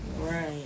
Right